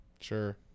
Sure